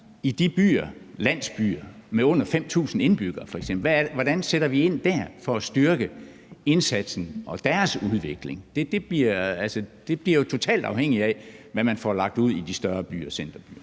i de byer, landsbyer, med f.eks. under 5.000 indbyggere. Hvordan sætter vi ind der for at styrke indsatsen og deres udvikling? Det bliver jo totalt afhængigt af, hvad man får lagt ud i de større byer og centerbyer.